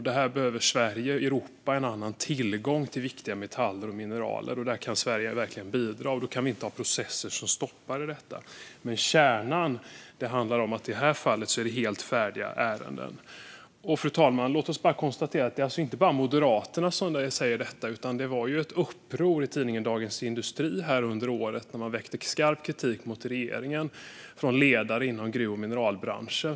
Sverige och Europa behöver ytterligare tillgång till viktiga metaller och mineraler, och där kan Sverige bidra. Då kan vi inte ha processer som stoppar detta. Kärnan i detta fall handlar dock om att vi har helt färdiga ärenden. Det är inte bara Moderaterna som säger det, fru talman. Under året gjordes ett upprop i tidningen Dagens industri då det väcktes skarp kritik mot regeringen från ledare inom gruv och mineralbranschen.